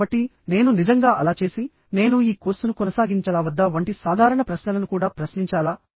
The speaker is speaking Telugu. కాబట్టి నేను నిజంగా అలా చేసి నేను ఈ కోర్సును కొనసాగించాలా వద్దా వంటి సాధారణ ప్రశ్నలను కూడా ప్రశ్నించాలా